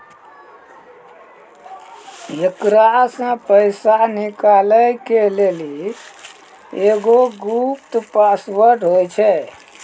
एकरा से पैसा निकालै के लेली एगो गुप्त पासवर्ड होय छै